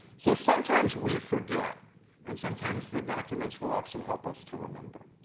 so sometimes we forget and sometimes the document will actually help us to remember.